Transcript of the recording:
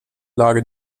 lage